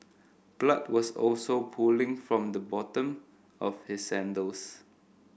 blood was also pooling from the bottom of his sandals